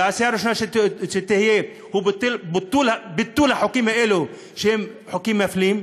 והעשייה הראשונה שתהיה היא ביטול החוקים האלה שהם חוקים מפלים.